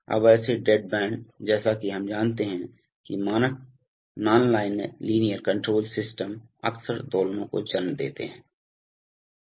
अब ऐसे dead band जैसा कि हम जानते हैं कि मानक नॉनलाइनर कंट्रोल सिस्टम अक्सर दोलनों को जन्म देते हैं